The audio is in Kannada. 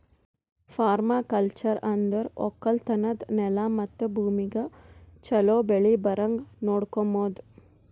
ಪರ್ಮಾಕಲ್ಚರ್ ಅಂದುರ್ ಒಕ್ಕಲತನದ್ ನೆಲ ಮತ್ತ ಭೂಮಿಗ್ ಛಲೋ ಬೆಳಿ ಬರಂಗ್ ನೊಡಕೋಮದ್